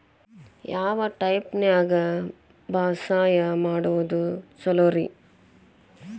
ಯಾವ ಟೈಪ್ ನ್ಯಾಗ ಬ್ಯಾಸಾಯಾ ಮಾಡೊದ್ ಛಲೋರಿ?